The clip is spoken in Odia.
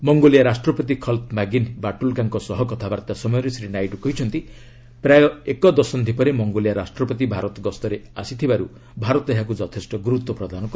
ମଙ୍ଗୋଲିଆ ରାଷ୍ଟ୍ରପତି ଖଲ୍ତ୍ମାଗିନ୍ ବାଟ୍ରଲ୍ଗାଙ୍କ ସହ କଥାବାର୍ତ୍ତା ସମୟରେ ଶ୍ରୀ ନାଇଡୁ କହିଛନ୍ତି ପ୍ରାୟ ଏକଦଶନ୍ଧି ପରେ ମଙ୍ଗୋଲିଆ ରାଷ୍ଟ୍ରପତି ଭାରତ ଗସ୍ତରେ ଆସିଥିବାର୍ ଭାରତ ଏହାକୁ ଯଥେଷ୍ଟ ଗୁରୁତ୍ୱ ପ୍ରଦାନ କରୁଛି